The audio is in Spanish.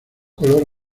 color